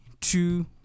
two